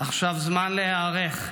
/ עכשיו זמן להיערך,